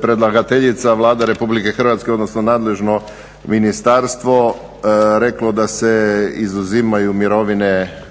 predlagateljica Vlada RH, odnosno nadležno ministarstvo reklo da se izuzimaju mirovine prema